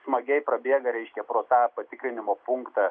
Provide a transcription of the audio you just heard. smagiai prabėga reiškia pro tą patikrinimo punktą